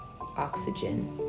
oxygen